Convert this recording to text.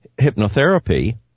hypnotherapy